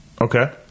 Okay